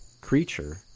creature